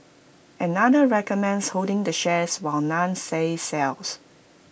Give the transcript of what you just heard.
another recommends holding the shares while none says sells